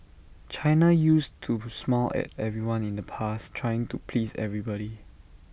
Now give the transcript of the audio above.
China used to smile at everyone in the past trying to please everybody